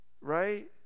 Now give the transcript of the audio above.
right